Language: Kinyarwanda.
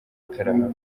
karahava